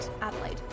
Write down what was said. Adelaide